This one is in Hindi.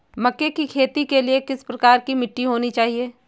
मक्के की खेती के लिए किस प्रकार की मिट्टी होनी चाहिए?